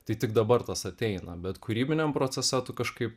tai tik dabar tas ateina bet kūrybiniam procese kažkaip